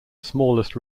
smallest